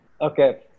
Okay